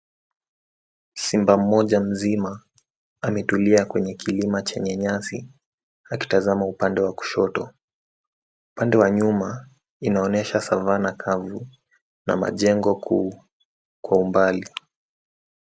Simba mmoja mzima ametulia kwenye kilima chenye nyasi akitazama upande wa kushoto. Upande wa nyuma, inaonyesha Savanna ]cs] kavu na majengo kuu kwa umbali.